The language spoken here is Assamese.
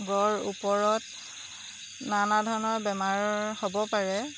বৰ ওপৰত নানা ধৰণৰ বেমাৰ হ'ব পাৰে